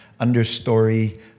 understory